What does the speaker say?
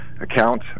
account